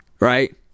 right